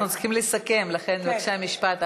אנחנו צריכים לסכם, לכן בבקשה משפט אחרון.